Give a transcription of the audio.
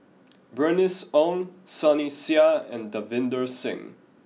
Bernice Ong Sunny Sia and Davinder Singh